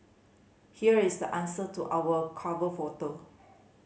here is the answer to our cover photo